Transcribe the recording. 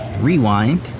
Rewind